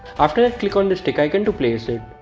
after that click on this tick icon to place it